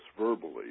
verbally